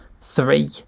Three